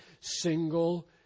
single